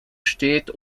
steht